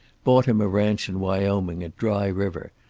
bought him a ranch in wyoming at dry river,